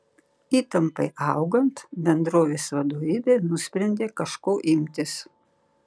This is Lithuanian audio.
įtampai augant bendrovės vadovybė nusprendė kažko imtis